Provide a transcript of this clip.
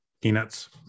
Peanuts